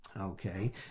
Okay